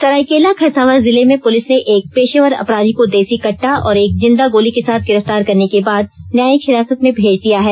सरायकेला खरसावां जिले में पुलिस ने एक पेशेवर अपराधी को देसी कट्टा और एक जिंदा गोली के साथ गिरफ्तार करने के बाद न्यायिक हिरासत में भेज दिया है